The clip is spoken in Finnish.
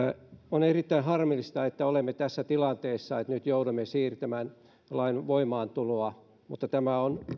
on erittäin harmillista että olemme tässä tilanteessa että nyt joudumme siirtämään lain voimaantuloa mutta tämä on